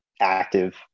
active